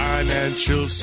Financial